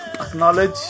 acknowledge